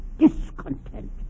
discontent